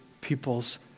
people's